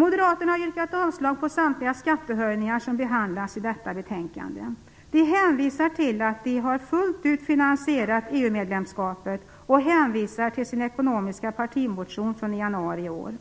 Moderaterna har yrkat avslag på samtliga förslag till skattehöjningar som behandlas i detta betänkande. De hänvisar till att de fullt ut har finansierat EU-medlemskapet och hänvisar till sin ekonomiska partimotion från januari i år.